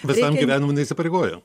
visam gyvenimui neįsipareigoja